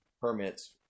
permits